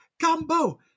Combo